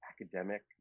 academic